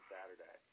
Saturday